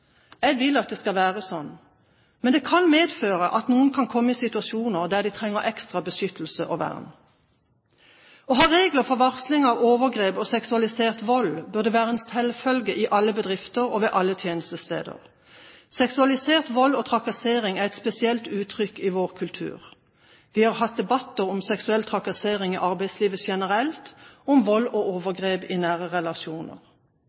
Jeg vil at det skal være sånn. Men det kan medføre at noen kan komme i situasjoner der de trenger ekstra beskyttelse og vern. Å ha regler for varsling av overgrep og seksualisert vold burde være en selvfølge i alle bedrifter og ved alle tjenestesteder. Seksualisert vold og trakassering er et spesielt uttrykk i vår kultur. Vi har hatt debatter om seksuell trakassering i arbeidslivet generelt og vold og overgrep i nære relasjoner.